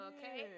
Okay